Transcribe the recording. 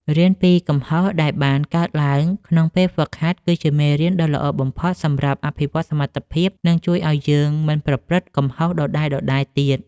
រៀនពីកំហុសដែលបានកើតឡើងក្នុងពេលហ្វឹកហាត់គឺជាមេរៀនដ៏ល្អបំផុតសម្រាប់អភិវឌ្ឍសមត្ថភាព និងជួយឱ្យយើងមិនប្រព្រឹត្តកំហុសដដែលៗទៀត។